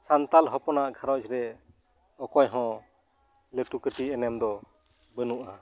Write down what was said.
ᱥᱟᱱᱛᱟᱲ ᱦᱚᱯᱚᱱᱟᱜ ᱜᱷᱟᱨᱚᱸᱡᱽ ᱨᱮ ᱚᱠᱚᱭ ᱦᱚᱸ ᱞᱟᱹᱴᱩ ᱠᱟᱹᱴᱤᱡ ᱮᱱᱮᱢ ᱫᱚ ᱵᱟᱹᱱᱩᱼᱟ